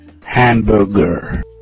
Hamburger